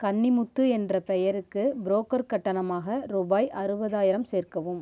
கன்னிமுத்து என்ற பெயருக்கு புரோக்கர் கட்டணமாக ரூபாய் அறுபதாயிரம் சேர்க்கவும்